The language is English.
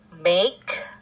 make